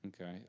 okay